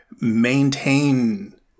maintain